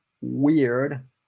weird